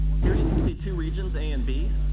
here you can see two regions, a and b,